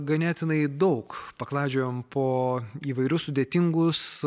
ganėtinai daug paklaidžiojom po įvairius sudėtingus